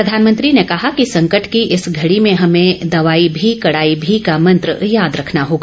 प्रधानमंत्री ने कहा कि संकेट की इस घड़ी में हमें दवाई भी कड़ाई भी का मंत्र याद रखना होगा